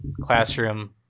classroom